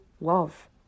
love